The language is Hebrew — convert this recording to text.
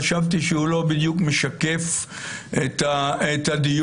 חשבתי שהוא לא בדיוק משקף את הדיון,